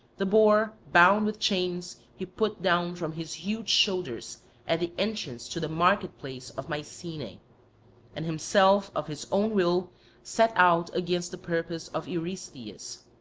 the boar bound with chains he put down from his huge shoulders at the entrance to the market-place of mycenae and himself of his own will set out against the purpose of eurystheus